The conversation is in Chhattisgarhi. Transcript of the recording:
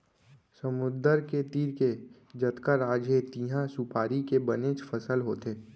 समुद्दर के तीर के जतका राज हे तिहॉं सुपारी के बनेच फसल होथे